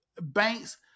Banks